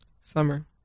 summer